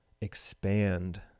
expand